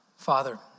Father